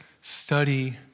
study